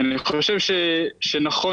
אני חושב שנכון